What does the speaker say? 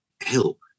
help